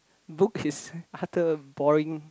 book is utter boring